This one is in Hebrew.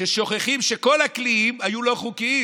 כששוכחים שכל הקליעים היו לא חוקיים,